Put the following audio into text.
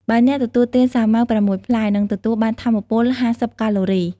បើអ្នកទទួលទានសាវម៉ាវ ៦ផ្លែ និងទទួលបានថាមពល ៥០កាឡូរី ។